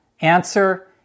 Answer